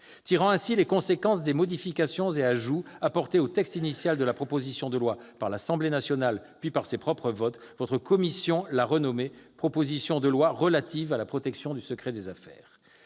Tirant les conséquences des modifications et ajouts apportés au texte initial de la proposition de loi par l'Assemblée nationale puis par elle-même, votre commission l'a renommée « proposition de loi relative à la protection du secret des affaires ».